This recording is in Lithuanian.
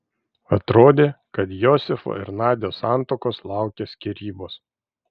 atrodė kad josifo ir nadios santuokos laukia skyrybos